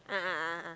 a'ah a'ah